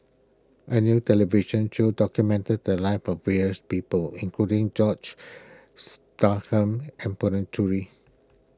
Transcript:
a new television show documented the lives of various people including George Starham and Puthucheary